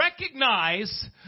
recognize